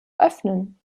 öffnen